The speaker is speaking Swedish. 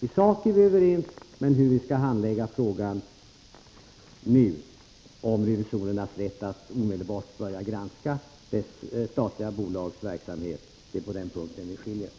I sak är vi överens, men när det gäller hur vi nu skall handlägga frågan om revisorernas rätt att omedelbart börja granska statliga bolags verksamhet skiljer vi oss åt.